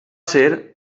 ser